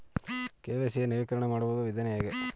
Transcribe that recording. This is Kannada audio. ಕೆ.ವೈ.ಸಿ ಯ ನವೀಕರಣ ಮಾಡುವ ವಿಧಾನ ಹೇಗೆ?